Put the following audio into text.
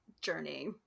journey